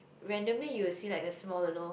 randomly you will see like a small little